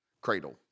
cradle